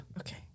Okay